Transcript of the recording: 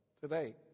today